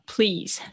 Please